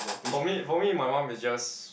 for me for me my mum is just